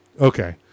okay